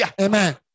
amen